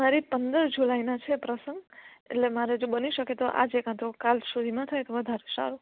મારી પંદર જુલાઇના છે પ્રસંગ એટલે મારે જો બની શકે તો આજે કા તો કાલ સુધીમાં થાય તો વધારે સારું